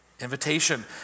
Invitation